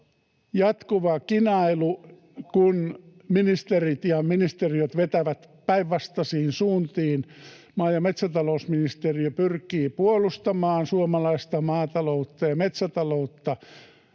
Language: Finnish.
jatkuva kinailu, kun ministerit ja ministeriöt vetävät päinvastaisiin suuntiin. Maa- ja metsätalousministeriö pyrkii puolustamaan suomalaista maataloutta, metsätaloutta,